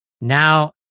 now